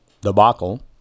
debacle